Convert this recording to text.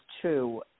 true